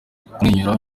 kumwenyura